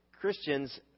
Christians